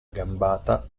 gambata